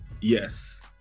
Yes